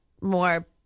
more